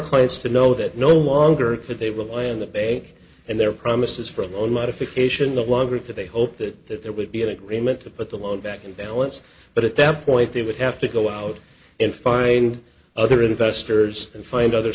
clients to know that no longer could they rely on the basic and their premises for a loan modification the longer that they hope that that there would be an agreement to put the law back in balance but at that point they would have to go out and find other investors and find other